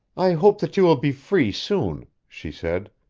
i hope that you will be free soon, she said.